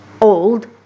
old